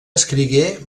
escrigué